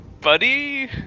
buddy